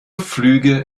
flüge